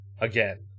again